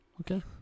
Okay